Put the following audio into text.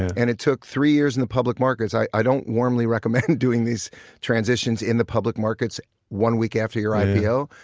and it took three years in the public markets. i i don't warmly recommend and doing these transitions in the public markets one week after your ipo,